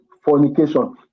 fornication